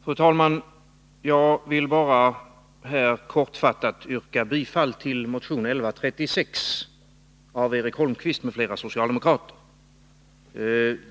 Fru talman! Jag vill bara kortfattat yrka bifall till motion 1136 av Eric Holmqvist m.fl. socialdemokrater.